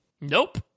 Nope